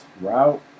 route